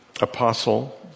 apostle